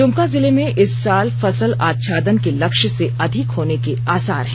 दुमका जिले में इस साल फसल आच्छादन के लक्ष्य से अधिक होने के आसार हैं